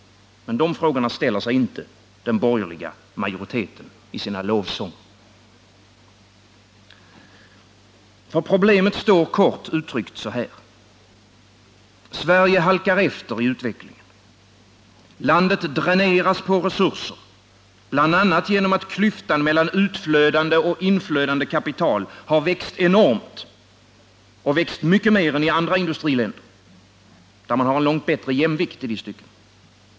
Men de frågorna ställer sig inte den borgerliga majoriteten i sina lovsånger. Problemet står, kort uttryckt, så här: Sverige halkar efter i utvecklingen. Landet dräneras på resurser bl.a. genom att klyftan mellan utflödande och inflödande kapital har växt enormt och växt mycket mer än i andra industriländer, där man har en långt bättre jämvikt i dessa stycken.